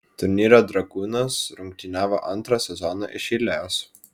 turnyre dragūnas rungtyniavo antrą sezoną iš eilės